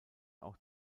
auch